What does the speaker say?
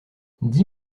dix